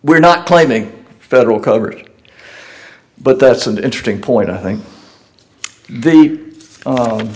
we're not claiming federal coverage but that's an interesting point i think the